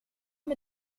mit